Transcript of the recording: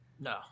No